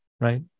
right